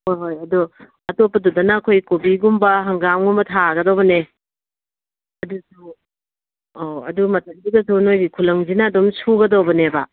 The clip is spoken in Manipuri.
ꯍꯣꯏ ꯍꯣꯏ ꯑꯗꯨ ꯑꯇꯣꯞꯄꯗꯨꯗꯅ ꯑꯩꯈꯣꯏ ꯀꯣꯕꯤꯒꯨꯝꯕ ꯍꯪꯒꯥꯝꯒꯨꯝꯕ ꯊꯥꯒꯗꯧꯕꯅꯦ ꯑꯗꯨꯁꯨ ꯑꯧ ꯑꯗꯨ ꯃꯇꯝꯗꯨꯗꯁꯨ ꯅꯣꯏꯒꯤ ꯈꯨꯠꯂꯪꯁꯤꯅ ꯑꯗꯨꯝ ꯁꯧꯒꯗꯧꯕꯅꯦꯕ